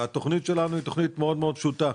והתוכנית שלנו היא תוכנית מאוד מאוד פשוטה,